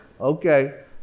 Okay